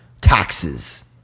taxes